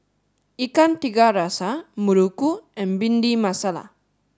Ikan Tiga Rasa Muruku and Bhindi Masala